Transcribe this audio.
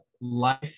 Life